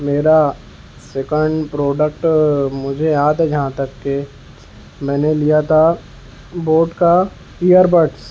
میرا second product مجھے یاد ہے جہاں تک کہ میں نے لیا تھا بوٹ کا ایئربڈس